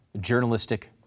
journalistic